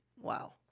Wow